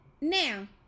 Now